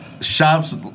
shops